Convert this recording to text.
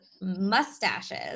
mustaches